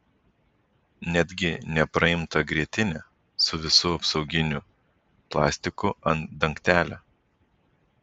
netgi nepraimtą grietinę su visu apsauginiu plastiku ant dangtelio